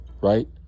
right